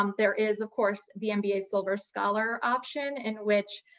um there is of course the mba silver scholars option, in which,